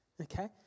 okay